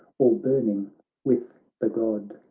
all burning with the god.